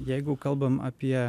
jeigu kalbam apie